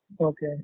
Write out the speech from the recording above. Okay